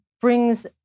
brings